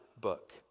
book